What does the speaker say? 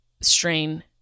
strain